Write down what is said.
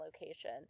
location